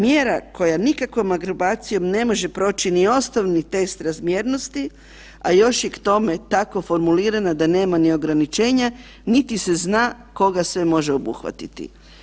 Mjera koja nikakvom akrobacijom ne može proći ni osnovni test razmjernosti, a još je k tome tako formulirana da nema ni ograničenja niti se zna koga sve može obuhvatiti.